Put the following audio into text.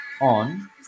on